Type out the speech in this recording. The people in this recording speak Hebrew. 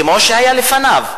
כמו התקציב שהיה לפניו,